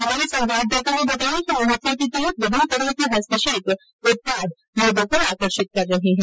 हमारे संवाददाता ने बताया कि महोत्सव के तहत विभिन्न तरह के हस्तशिल्प उत्पाद लोगों को आकर्षित कर रहे है